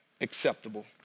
acceptable